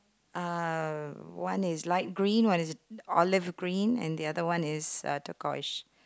uh one is light green one is olive green and the other one is turquoise